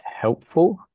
helpful